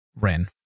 Ren